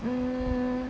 mm